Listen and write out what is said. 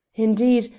indeed,